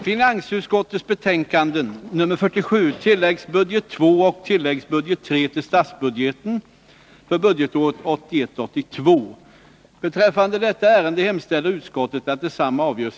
Herr ålderspresident, ärade kammarledamöter!